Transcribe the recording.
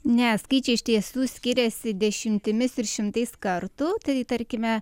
ne skaičiai iš tiesų skiriasi dešimtimis ir šimtais kartų tai tarkime